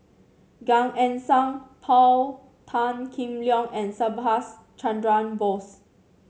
Gan Eng Seng Paul Tan Kim Liang and Subhas Chandra Bose